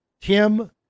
Tim